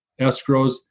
escrows